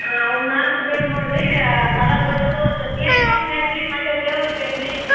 ಆಂ ಅವು ನಾಲ್ಕು ಬೇಕು ನೋಡಿರಿ ಸರ ದೊಡ್ಡದು ಒಂದು ತೇರಿಗೊಂದು ಬೇಕು ರೀ ಮತ್ತು ದೇವ್ರಿಗೆ ಬೇಕು ರೀ